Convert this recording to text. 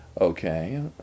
Okay